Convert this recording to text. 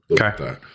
Okay